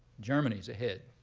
germany's ahead.